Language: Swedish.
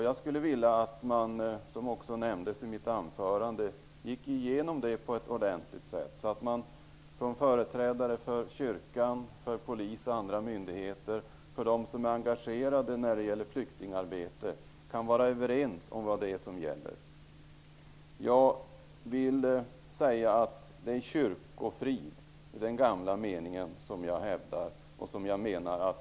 Jag skulle vilja, som jag också nämnde i mitt anförande, att man gick igenom detta ordentligt, så att företrädare för kyrkan, polis, andra myndigheter och de som är engagerade när det gäller flyktingarbete kan vara överens om vad som gäller. Jag vill säga att det är kyrkofrid i den gamla meningen som jag hävdar.